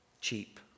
cheap